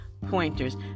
pointers